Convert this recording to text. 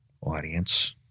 audience